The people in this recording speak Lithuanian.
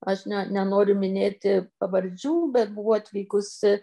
aš ne nenoriu minėti pavardžių bet buvo atvykusi